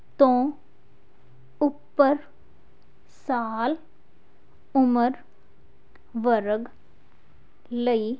ਤੋਂ ਉੱਪਰ ਸਾਲ ਉਮਰ ਵਰਗ ਲਈ